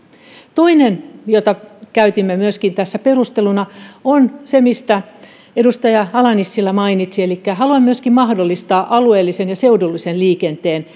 toinen asia jota myöskin käytimme tässä perusteluna on se mistä edustaja ala nissilä mainitsi elikkä haluan myöskin mahdollistaa alueellisen ja seudullisen liikenteen